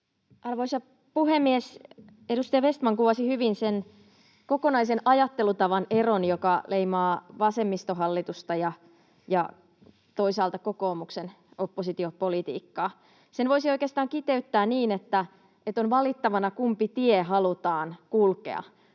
Arvoisa puhemies! Edustaja Vestman kuvasi hyvin sen kokonaisen ajattelutavan eron, joka leimaa vasemmistohallitusta ja toisaalta kokoomuksen oppositiopolitiikkaa. Sen voisi oikeastaan kiteyttää niin, että on valittavana, kumpi tie halutaan kulkea: